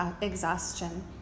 exhaustion